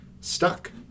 stuck